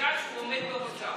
לחקיקה שהוא עומד בראשה?